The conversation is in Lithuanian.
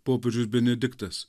popiežius benediktas